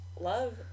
love